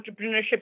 entrepreneurship